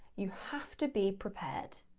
you have to be prepared.